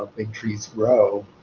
big trees grow.